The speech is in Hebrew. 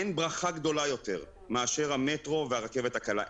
אין ברכה גדולה יותר מאשר המטרו והרכבת הקלה.